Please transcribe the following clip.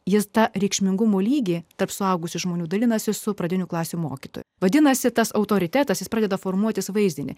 jis tą reikšmingumo lygį tarp suaugusių žmonių dalinasi su pradinių klasių mokytoju vadinasi tas autoritetas jis pradeda formuotis vaizdinį